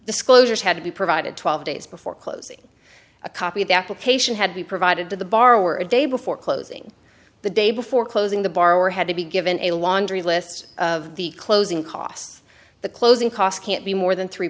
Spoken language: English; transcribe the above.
disclosures had to be provided twelve days before closing a copy of the application had been provided to the borrower a day before closing the day before closing the borrower had to be given a laundry list of the closing costs the closing cost can't be more than three